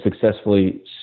successfully